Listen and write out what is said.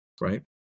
right